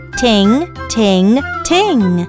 ting-ting-ting